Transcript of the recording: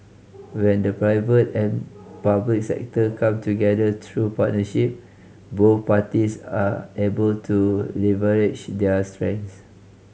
when the private and public sector come together through partnership both parties are able to leverage their strengths